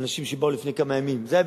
אנשים שבאו לפני כמה ימים,